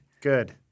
Good